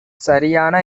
சரியான